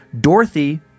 Dorothy